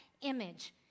image